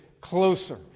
closer